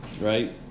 right